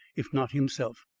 if not himself.